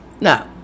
No